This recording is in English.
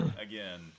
again